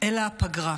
אלא הפגרה,